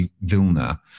Vilna